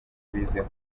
abiziho